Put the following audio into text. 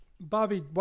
Bobby